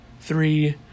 three